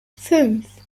fünf